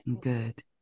good